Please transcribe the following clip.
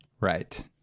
Right